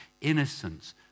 innocence